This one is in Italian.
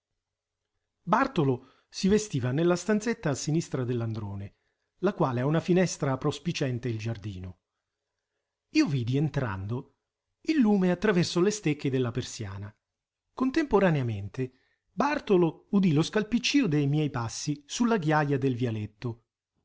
bartolo si vestiva nella stanzetta a sinistra dell'androne la quale ha una finestra prospiciente il giardino io vidi entrando il lume attraverso le stecche della persiana contemporaneamente bartolo udì lo scalpiccio dei miei passi sulla ghaja del vialetto